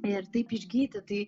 ir taip išgyti tai